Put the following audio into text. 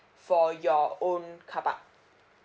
for your own car park